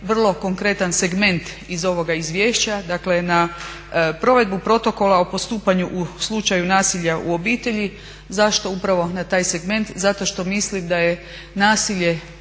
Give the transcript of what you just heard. vrlo konkretan segment iz ovoga izvješća, dakle na provedbu protokola o postupanju u slučaju nasilja u obitelji. Zašto upravo na taj segment, zato što mislim da je nasilje